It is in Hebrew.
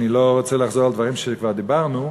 אני לא רוצה לחזור על דברים שכבר דיברנו,